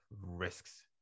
risks